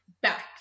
back